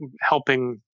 helping